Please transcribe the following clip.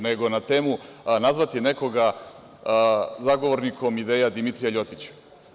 Nego, na temu nazvati nekoga zagovornikom ideja Dimitrija LJotića.